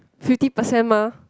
fifty percent mah